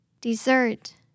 Dessert